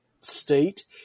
state